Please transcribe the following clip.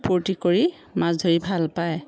ফূৰ্তি কৰি মাছ ধৰি ভাল পায়